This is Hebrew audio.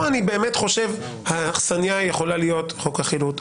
כאן אני באמת חושב שהאכסנייה יכולה להיות חוק החילוט,